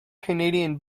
canadian